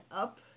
up